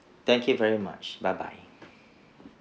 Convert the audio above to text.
thank you very much bye bye